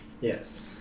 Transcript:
Yes